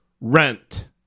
rent